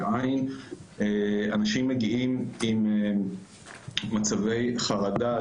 אנשים מגיעים עם מצבי חרדה,